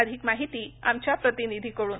अधिक माहिती आमच्या प्रतिनिधीकडून